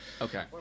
Okay